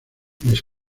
les